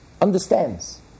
understands